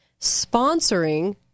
sponsoring